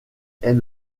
est